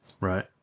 Right